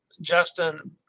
Justin